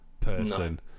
person